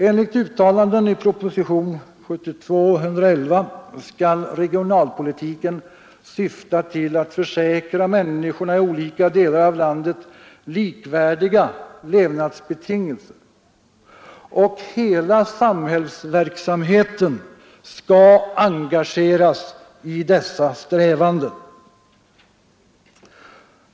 Enligt uttalanden i propositionen till år 1972 skall regionalpolitiken syfta till att tillförsäkra människorna i olika delar av landet likvärdiga levnadsbetingelser och hela samhällsverksamheten skall engageras i dessa strävanden.